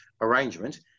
arrangement